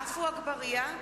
עפו אגבאריה,